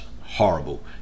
horrible